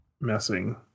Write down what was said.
messing